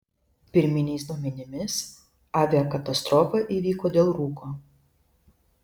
pirminiais duomenimis aviakatastrofa įvyko dėl rūko